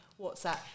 whatsapp